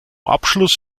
abschluss